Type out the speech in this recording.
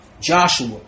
Joshua